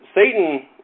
Satan